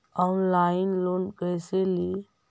Online loan कैसे ली?